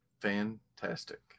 fantastic